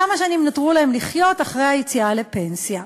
כמה שנים נותרו להם לחיות אחרי היציאה לפנסיה.